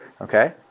Okay